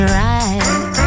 right